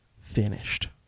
finished